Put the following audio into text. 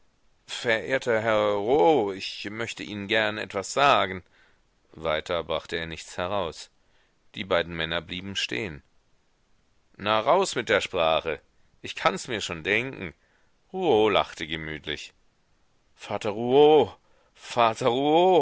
verehrter herr rouault ich möchte ihnen gern etwas sagen weiter brachte er nichts heraus die beiden männer blieben stehen na raus mit der sprache ich kann mirs schon denken rouault lachte gemütlich vater rouault vater